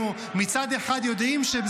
אנחנו מצד אחד יודעים ------- שזה